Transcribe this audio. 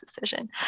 decision